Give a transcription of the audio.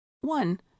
One